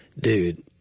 dude